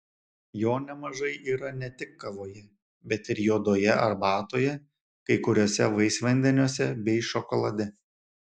jo nemažai yra ne tik kavoje bet ir juodoje arbatoje kai kuriuose vaisvandeniuose bei šokolade